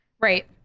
right